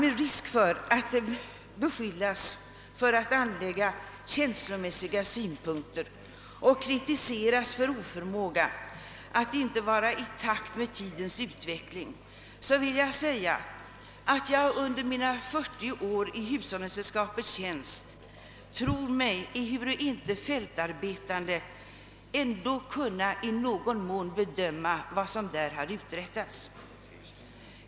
Med risk för att beskyllas för att anlägga känslomässiga synpunkter och kritiseras för oförmåga att vara i takt med tiden vill jag säga att jag efter mina 40 år i ett hushållningssällskaps tjänst — ehuru ej i fältarbete — tror mig kunna bedöma vad som uträttats.